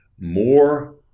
more